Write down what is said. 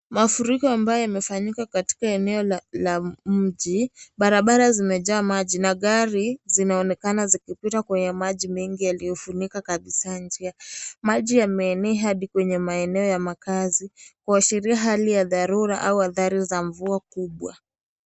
Mafuriko ambayo yamefanyika katika eneo ya mji, barabara zimejaa maji na gari zinaonekana zikipita kwenye maji mengi yaliyofunika kabisa njia. Maji yameenea hadi kwenye maeneo ya makazi kuashiria hali ya dharura au hatari za mvua kubwa.